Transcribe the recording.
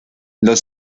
los